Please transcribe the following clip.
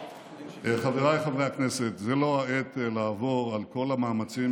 חבריי חברי הכנסת, זו לא העת לעבור על כל המאמצים